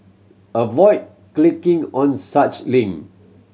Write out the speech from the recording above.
avoid clicking on such link